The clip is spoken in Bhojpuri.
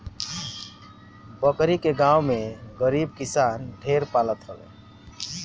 बकरी के गांव में गरीब किसान ढेर पालत हवे